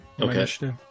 Okay